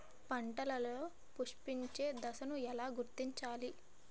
పంటలలో పుష్పించే దశను ఎలా గుర్తించాలి?